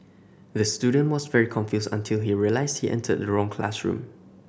the student was very confused until he realised he entered the wrong classroom